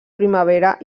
primavera